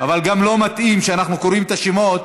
אבל גם לא מתאים שאנחנו קוראים את השמות